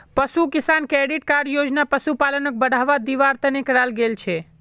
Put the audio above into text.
पशु Kisan credit card योजना पशुपालनक बढ़ावा दिवार तने कराल गेल छे